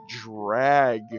drag